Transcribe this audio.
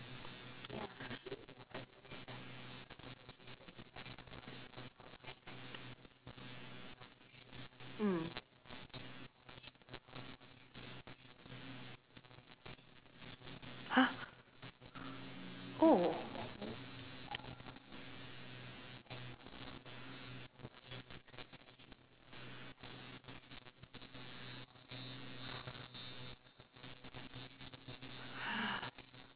mm !huh! oh